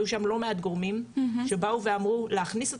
היו שם לא מעט גורמים שבאו ואמרו שלהכניס את